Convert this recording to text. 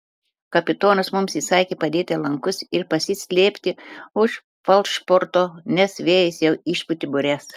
kapitonas mums įsakė padėti lankus ir pasislėpti už falšborto nes vėjas jau išpūtė bures